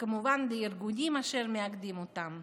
וכמובן ארגונים אשר מאגדים אותם,